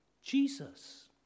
Jesus